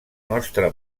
nostre